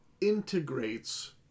integrates